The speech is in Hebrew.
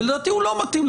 ולדעתי הוא לא מתאים.